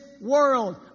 world